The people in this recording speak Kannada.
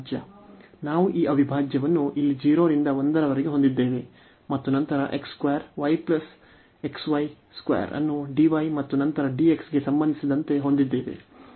ನಾವು ಈ ಅವಿಭಾಜ್ಯವನ್ನು ಇಲ್ಲಿ 0 ರಿಂದ 1 ರವರೆಗೆ ಹೊಂದಿದ್ದೇವೆ ಮತ್ತು ನಂತರ x 2 y xy 2 ಅನ್ನು dy ಮತ್ತು ನಂತರ dxಗೆ ಸಂಬಂಧಿಸಿದಂತೆ ಹೊಂದಿದ್ದೇವೆ